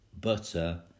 butter